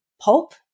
pulp